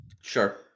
Sure